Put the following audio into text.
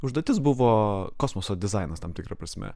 užduotis buvo kosmoso dizainas tam tikra prasme